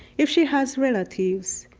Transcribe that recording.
if she has relatives,